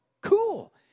cool